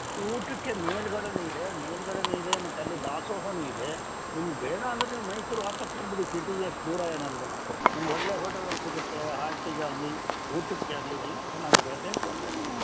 ಊಟಕ್ಕೆ ಮೇಲ್ಗಡೆಯೇ ಇದೆ ಮೇಲ್ಗಡೆಯೂ ಇದೆ ಮತ್ತು ಅಲ್ಲಿ ದಾಸೋಹವು ಇದೆ ನಿಮ್ಗೆ ಬೇಡಾಂದ್ರೆ ನೀವು ಮೈಸೂರಿಗೆ ವಾಪಸ್ ಬಂದುಬಿಡಿ ಸಿಟಿ ಅಷ್ಟು ದೂರ ಏನು ಅಲ್ಲ್ವಲ್ವಾ ನಿಮ್ಗೆ ಒಳ್ಳೆ ಹೋಟೆಲ್ಗಳು ಸಿಗುತ್ತೆ ಹಾಲ್ಟಿಗಾಗಲಿ ಊಟಕ್ಕೆ ಆಗಲಿ ಎಲ್ಲ ಚೆನ್ನಾಗಿದೆ ಬೇಕು ಅಂದರೆ ನೀವು